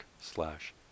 slash